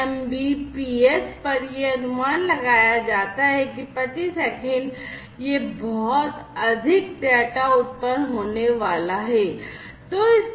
100 mbps पर यह अनुमान लगाया जाता है कि प्रति सेकंड यह बहुत अधिक डेटा उत्पन्न होने वाला है